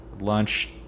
lunch